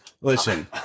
Listen